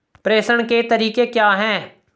प्रेषण के तरीके क्या हैं?